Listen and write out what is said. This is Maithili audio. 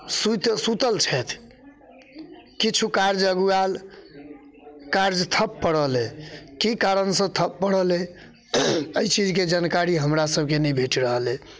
सुति सुतल छथि किछु कार्य अगुआएल कार्य ठप पड़ल अइ कि कारणसँ ठप पड़ल अइ एहि चीजके जानकारी हमरासबके नहि भेट रहल अइ